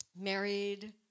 married